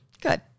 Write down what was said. Good